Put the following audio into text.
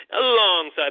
alongside